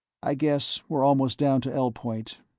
i guess we're almost down to l-point.